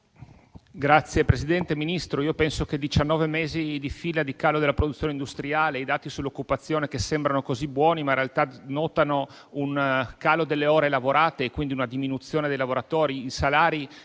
Signor Presidente, penso che diciannove mesi di fila di calo della produzione industriale; i dati sull'occupazione che sembrano così buoni, ma in realtà denotano un calo delle ore lavorate e quindi una diminuzione dei lavoratori; i salari